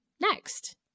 next